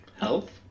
Health